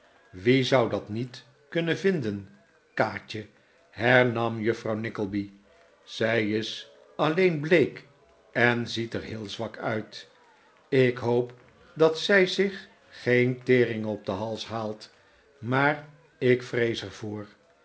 wie zou dat niet kunnen vinden kaatje hernam juffrouw nickleby zij is alleen bleek en ziet er heel zwak uit ik hoop dat zij zich geen tering op den hals haalt maar ik vrees